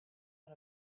out